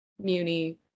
muni